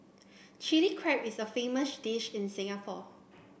Chilli Crab is a famous dish in Singapore